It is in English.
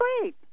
great